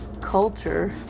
culture